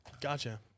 gotcha